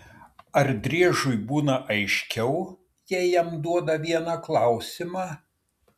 ar driežui būna aiškiau jei jam duoda vieną klausimą